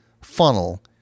funnel